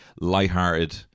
lighthearted